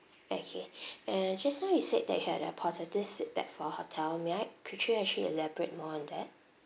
okay and just now you said that you had a positive feedback for our hotel may I could you actually elaborate more on that